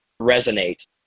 resonate